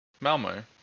Malmo